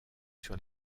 sur